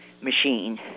machine